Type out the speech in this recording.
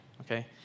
okay